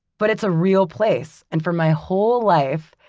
but it's a real place. and for my whole life,